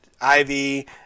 Ivy